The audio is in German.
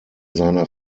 seiner